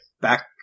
back